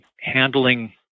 handling